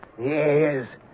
Yes